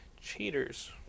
Cheaters